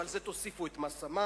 ועל זה תוסיפו את מס המים,